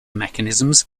mechanisms